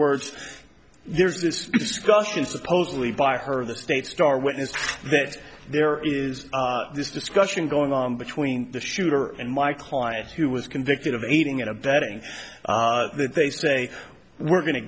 words there's this discussion supposedly by her the state's star witness that there is this discussion going on between the shooter and my client who was convicted of aiding and abetting that they say we're going to